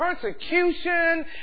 persecution